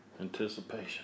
Anticipation